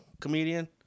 comedian